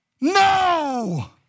No